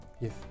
Yes